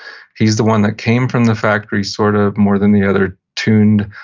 he's the one that came from the factory sort of more than the other tuned,